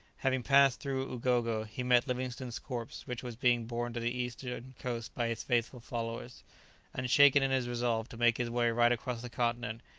having passed through ugogo, he met livingstone's corpse, which was being borne to the eastern coast by his faithful followers unshaken in his resolve to make his way right across the continent,